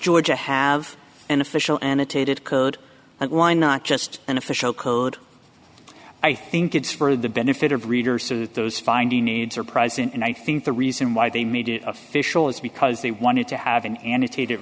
georgia have an official annotated code and why not just an official code i think it's for the benefit of readers so that those finding needs are present and i think the reason why they made it official is because they wanted to have an annotate